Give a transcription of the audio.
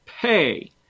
pay